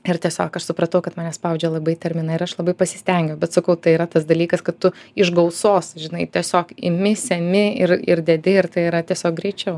ir tiesiog aš supratau kad mane spaudžia labai terminai ir aš labai pasistengiau bet sakau tai yra tas dalykas kad tu iš gausos žinai tiesiog imi semi ir ir dedi ir tai yra tiesiog greičiau